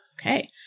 Okay